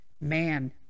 Man